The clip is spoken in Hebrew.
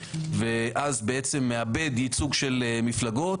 ואז בעצם מאבד ייצוג של מפלגות?